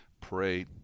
pray